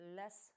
less